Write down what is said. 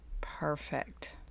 Perfect